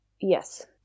Yes